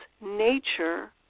nature